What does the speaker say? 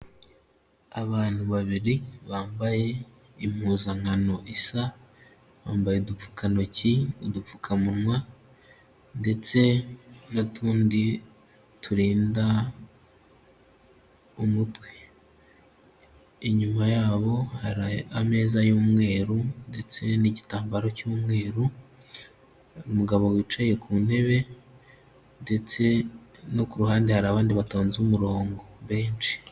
Abantu babiri bambaye impuzankano isa bambaye udukantoki udupfukamunwa ndetse n'utundi turinda umutwe, inyuma yabo hari ameza y'umweru ndetse n'igitambaro cy'umweru umugabo wicaye ku ntebe ndetse no ku ruhande hari abandi batonze umurongo benshi.